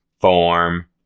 form